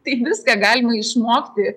taip viską galima išmokti